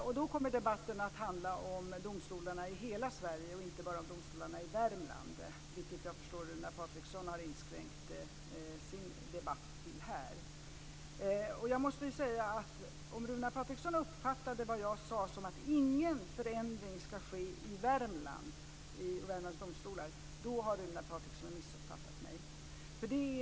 Fru talman! Runar Patriksson har alldeles rätt i att det ska bli en debatt i frågan här i riksdagen men det blir på torsdag, om jag är riktigt underrättad. Då kommer debatten att handla om domstolarna i hela Sverige - inte bara om domstolarna i Värmland, som, såvitt jag förstår, Runar Patriksson här har inskränkt sin debatt till. Om Runar Patriksson uppfattade vad jag sade som att ingen förändring ska ske vid Värmlands domstolar har Runar Patriksson missuppfattat mig.